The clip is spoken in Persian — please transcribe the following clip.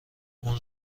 اون